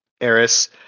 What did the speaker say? Eris